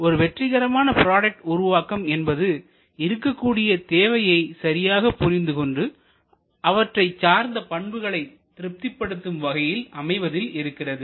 ஒரு வெற்றிகரமான ப்ராடக்ட் உருவாக்கம் என்பது இருக்கக்கூடிய தேவையை சரியாக புரிந்துகொண்டு அவற்றைச் சார்ந்த பண்புகளையும் திருப்திப்படுத்தும் வகையில் அமைவதில் இருக்கிறது